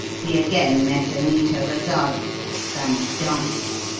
he again met anita rosario, the spanish dancer,